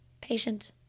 patient